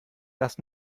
das